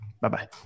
Bye-bye